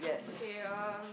okay uh